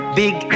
big